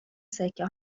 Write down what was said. سکه